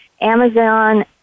Amazon